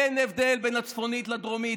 אין הבדל בין הצפונית לדרומית.